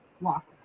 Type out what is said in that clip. walk